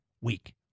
week